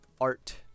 art